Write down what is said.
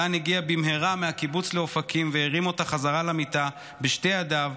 מתן הגיע במהרה מהקיבוץ לאופקים והרים אותה חזרה למיטה בשתי ידיו,